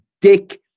dick